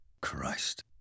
Christ